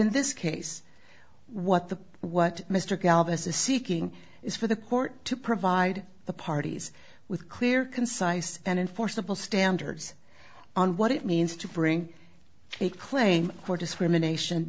in this case what the what mr galavis is seeking is for the court to provide the parties with clear concise and enforceable standards on what it means to bring a claim for discrimination